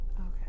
Okay